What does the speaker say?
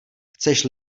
chceš